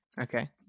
okay